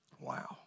Wow